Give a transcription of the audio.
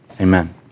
Amen